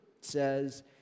says